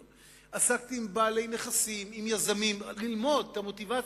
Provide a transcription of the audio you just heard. ועסקתי עם בעלי נכסים ועם יזמים כדי ללמוד את המוטיבציות,